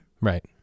Right